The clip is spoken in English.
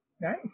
Nice